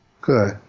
good